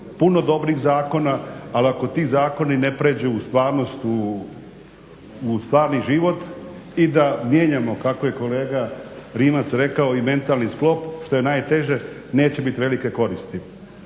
puno dobrih zakona, ali ako ti zakoni ne prijeđu u stvarnost, u stvarni život i da mijenjamo kako je kolega Rimac rekao i mentalni sklop što je najteže neće biti velike koristi.